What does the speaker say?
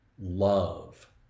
love